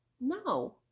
No